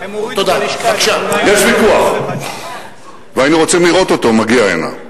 יש ויכוח, והיינו רוצים לראות אותו מגיע הנה,